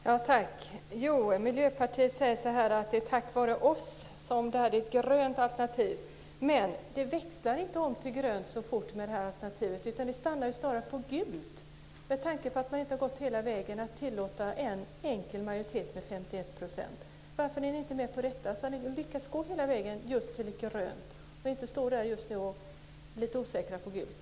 Fru talman! Miljöpartiet säger att det är tack vare dem som det här är ett grönt alternativ. Men det växlar inte om till grönt så fort med det här alternativet, utan det stannar snarare på gult. Man har ju inte gått hela vägen att tillåta en enkel majoritet med 51 %. Varför är ni inte med på detta? Om ni hade varit det hade ni lyckats gå hela vägen till grönt, och inte just nu stått lite osäkra på gult.